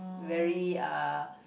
very uh